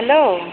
hello